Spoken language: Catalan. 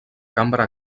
cambra